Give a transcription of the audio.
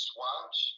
watch